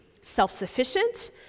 self-sufficient